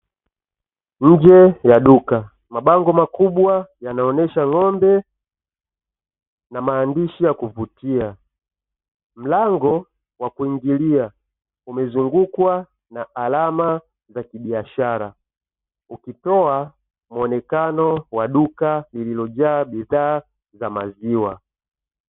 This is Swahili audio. Nje ya duka, mabango makubwa yanaonyesha ng'ombe na maandishi ya kuvutia. Mlango wa kuingilia umezungukwa na alama za kibiashara ukitoa mwonekano wa duka lililojaa bidhaa za maziwa.